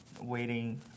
waiting